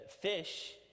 fish